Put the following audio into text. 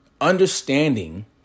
Understanding